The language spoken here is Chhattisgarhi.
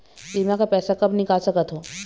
बीमा का पैसा कब निकाल सकत हो?